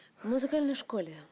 music and school. yeah